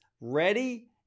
ready